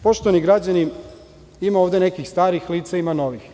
Poštovani građani, ima ovde nekih starih lica, ima novih.